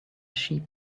sheep